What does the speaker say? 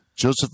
Joseph